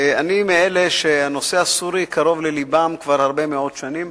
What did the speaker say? אני מאלה שהנושא הסורי קרוב ללבם כבר הרבה מאוד שנים.